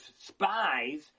spies